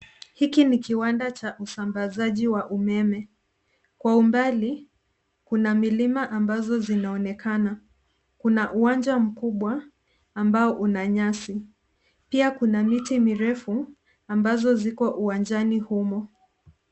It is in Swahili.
Hiki ni kiwanda cha usambazaji wa umeme. Kwa umbali kuna milima ambazo zinaonekana. Kuna uwanja mkubwa ambao una nyasi. Pia kuna miti mirefu ambazo ziko uwanjani humo.